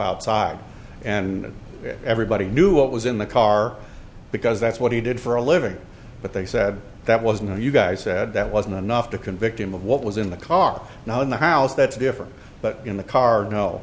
outside and everybody knew what was in the car because that's what he did for a living but they said that wasn't oh you guys said that wasn't enough to convict him of what was in the car now in the house that's different but in the car